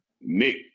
Nick